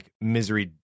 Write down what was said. Misery